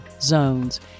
zones